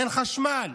אין חשמל.